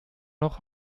noch